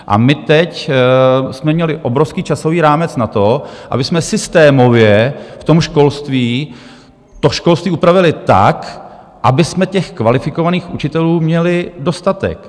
A my teď jsme měli obrovský časový rámec na to, abychom systémově v tom školství, to školství upravili tak, abychom těch kvalifikovaných učitelů měli dostatek.